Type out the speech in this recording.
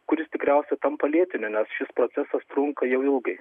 kuris tikriausiai tampa lėtiniu nes šis procesas trunka jau ilgai